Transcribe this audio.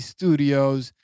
Studios